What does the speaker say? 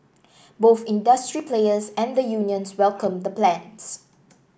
both industry players and the unions welcomed the plans